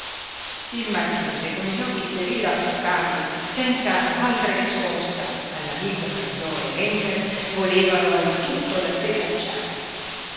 il marchese con gli occhi per ira affocati senza altra risposta all'amico fransoe rendere volevalo al tutto da sé scacciare